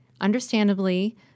Understandably